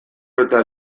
eta